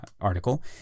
article